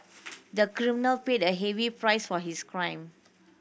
the criminal paid a heavy price for his crime